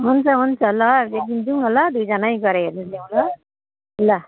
हुन्छ हुन्छ ल एकदिन जाउँ न ल दुईजनै गएर हेरेर ल्याउँ ल ल